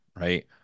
right